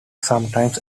sometimes